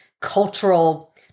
cultural